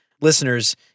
listeners